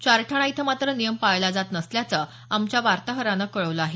चारठाणा इथं मात्र नियम पाळला जात नसल्याचं आमच्या वार्ताहरानं कळवलं आहे